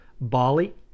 Bali